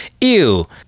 Ew